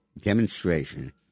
demonstration